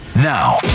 Now